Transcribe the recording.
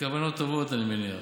מכוונות טובות, אני מניח,